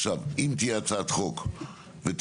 עכשיו אם תהיה הצעת חוק ותקודם,